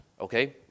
okay